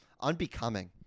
unbecoming